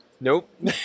Nope